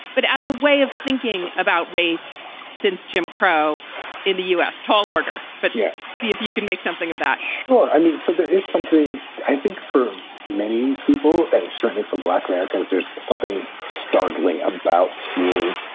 but as a way of thinking about race since jim crow in the us, tall order, but yeah see if you can make something of that sure. i mean, so there is something i think for many people and certainly for black americans. there's something startling about seeing,